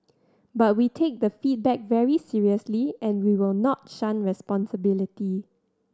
but we take the feedback very seriously and we will not shun responsibility